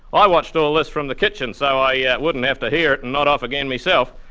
i watched all this from the kitchen so i yeah wouldn't have to hear it and nod off again myself.